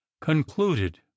concluded